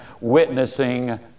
witnessing